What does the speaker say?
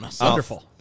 Wonderful